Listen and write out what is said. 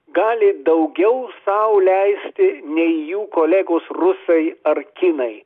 gali daugiau sau leisti nei jų kolegos rusai ar kinai